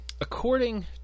According